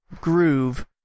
groove